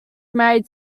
married